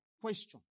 Question